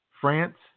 France